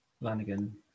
Lanigan